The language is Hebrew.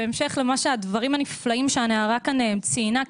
בהמשך לדברים הנפלאים שהנערה כאן ציינה,